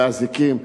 באזיקים,